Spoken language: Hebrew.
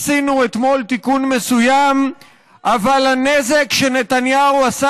עשינו אתמול תיקון מסוים אבל הנזק שנתניהו עשה